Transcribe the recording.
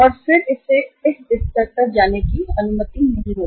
और फिर इसे इस स्तर तक जाने की अनुमति नहीं होगी